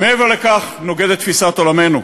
מעבר לכך, זה נוגד את תפיסת עולמנו.